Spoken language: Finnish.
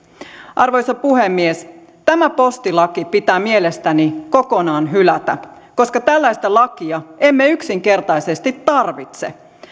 arvoisa puhemies tämä postilaki pitää mielestäni kokonaan hylätä koska tällaista lakia emme yksinkertaisesti tarvitse